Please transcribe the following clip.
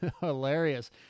hilarious